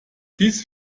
dies